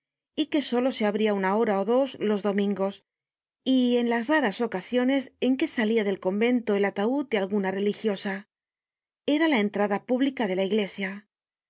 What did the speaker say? y que solo se abria una hora ó dos los domingos y en las raras ocasiones content from google book search generated at en que salia del convento el ataud de alguna religiosa era la entrada pública de la iglesia